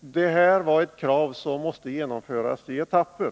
detta krav måste tillgodoses i etapper.